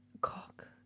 Cock